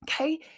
Okay